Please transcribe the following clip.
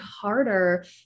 harder